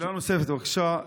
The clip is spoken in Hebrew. שאלה נוספת, בבקשה.